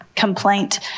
Complaint